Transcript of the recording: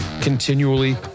continually